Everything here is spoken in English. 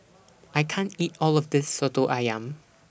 I can't eat All of This Soto Ayam